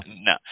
No